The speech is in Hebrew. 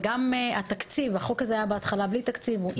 החוק הזה היה בהתחלה בלי תקציב ועכשיו